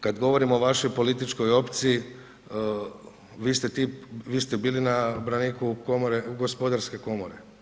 Kad govorimo o vašoj političkoj opciji, vi ste bili na braniku komore, gospodarske komore.